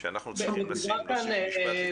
אנחנו צריכים להוסיף משפט לגבי המדבקות.